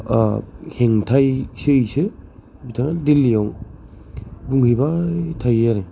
हेंथायैसो बिथाङा दिल्लियाव बुंहैबाय थायो आरो